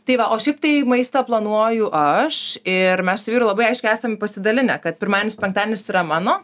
tai va o šiaip tai maistą planuoju aš ir mes su vyru labai aiškiai esam pasidalinę kad pirmadienis penktadienis yra mano